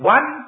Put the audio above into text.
One